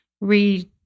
read